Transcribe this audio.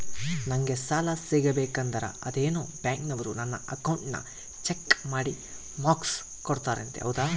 ನಂಗೆ ಸಾಲ ಸಿಗಬೇಕಂದರ ಅದೇನೋ ಬ್ಯಾಂಕನವರು ನನ್ನ ಅಕೌಂಟನ್ನ ಚೆಕ್ ಮಾಡಿ ಮಾರ್ಕ್ಸ್ ಕೊಡ್ತಾರಂತೆ ಹೌದಾ?